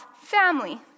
family